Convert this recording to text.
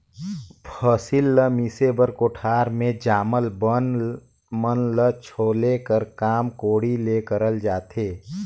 फसिल ल मिसे बर कोठार मे जामल बन मन ल छोले कर काम कोड़ी ले करल जाथे